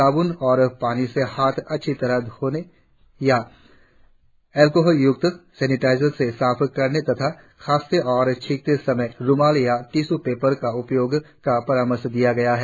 साब्न और पानी से हाथ अच्छी तरह धोने या अल्कोहल य्क्त सेनिटाइजर से साफ करने तथा खांसते और छींकते समय रूमाल या टिशू पेपर के उपयोग का परामर्श दिया गया है